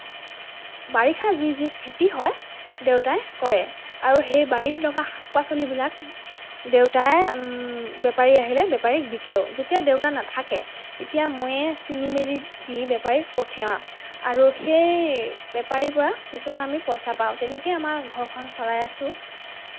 বাৰিষা যি যি খেতি হয় দেউতাই কৰে আৰু সেই বাৰীত লগা শাক পাচলিবিলাক দেউতাই বেপাৰী আহিলে বেপাৰীক বিকেও যেতিয়া দেউতা নেথাকে তেতিয়া ময়ে ছিঙি মেলি দি বেপাৰীক পঠিয়াওঁ আৰু সেই বেপাৰীৰ পৰা কিছুমান আমি পইচা পাওঁ তেনেকৈয়ে আমাৰ ঘৰখন চলাই আছোঁ